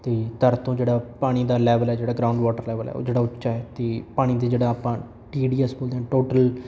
ਅਤੇ ਧਰਤੀ ਤੋਂ ਜਿਹੜਾ ਪਾਣੀ ਦਾ ਲੈਵਲ ਹੈ ਜਿਹੜਾ ਗਰਾਊਂਡ ਵਾਟਰ ਲੈਵਲ ਹੈ ਉਹ ਜਿਹੜਾ ਉੱਚਾ ਅਤੇ ਪਾਣੀ ਦੇ ਜਿਹੜਾ ਆਪਾਂ ਟੀ ਡੀ ਐਸ ਬੋਲਦੇ ਹਾਂ ਟੋਟਲ